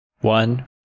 One